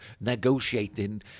negotiating